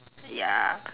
ya